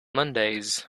mondays